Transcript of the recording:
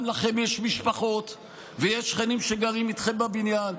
גם לכם יש משפחות ויש שכנים שגרים איתכם בבניין,